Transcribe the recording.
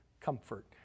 comfort